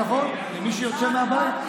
כבוד למי שיוצא מהבית.